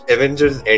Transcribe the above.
Avengers